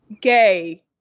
gay